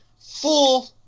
Fool